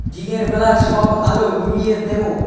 দিনের বেলা সব আলো নিভিয়ে দেব